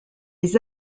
les